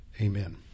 amen